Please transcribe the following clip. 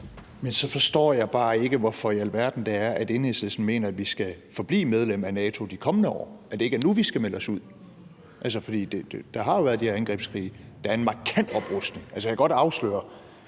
Men så forstår jeg bare ikke, hvorfor i alverden det er, Enhedslisten mener, at vi skal forblive medlem af NATO i de kommende år, og at det ikke er nu, vi skal melde os ud. For der har jo været de her angrebskrige, og der er en markant oprustning. Altså, jeg kan godt afsløre,